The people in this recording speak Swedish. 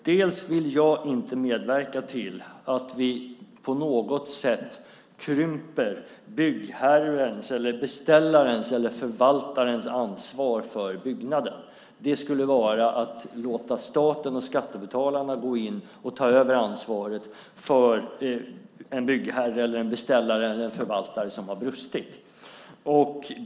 Jag vill inte medverka till att vi på något sätt krymper byggherrens, beställarens eller förvaltarens ansvar för byggnaden. Det skulle vara att låta staten och skattebetalarna gå in och ta över ansvaret från en byggherre, en beställare eller en förvaltare som har brustit.